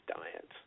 diet